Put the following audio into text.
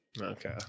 Okay